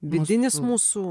vidinis mūsų